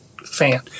fan